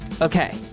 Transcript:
Okay